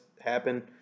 happen